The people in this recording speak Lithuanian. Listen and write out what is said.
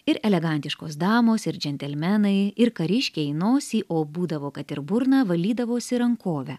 ir elegantiškos damos ir džentelmenai ir kariškiai nosį o būdavo kad ir burną valydavosi rankove